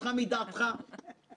תוך כדי תנועה